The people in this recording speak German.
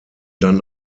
dann